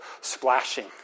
splashing